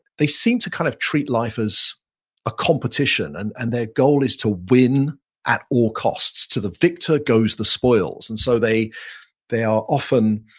they seem to kind of treat lifer as a competition and and their goal is to win at all costs. to the victor goes the spoils. and so they they are often,